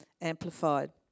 Amplified